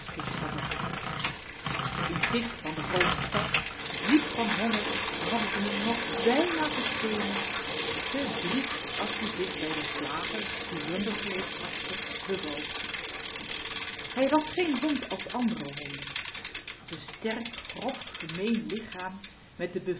geschobberd in t zicht van de groote stad ziek van honger hadden ze m nog bijna gesteenigd te driest as-ie zich bij n slager die rundervleesch hakte bewoog hij was geen hond als andere honden z'n sterk grof gemeen lichaam met de